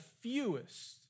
fewest